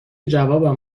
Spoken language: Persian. جوابم